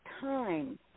time